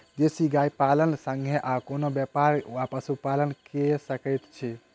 देसी गाय पालन केँ संगे आ कोनों व्यापार वा पशुपालन कऽ सकैत छी?